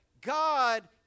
God